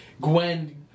gwen